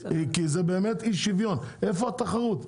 כי זה באמת אי שוויון, איפה התחרות?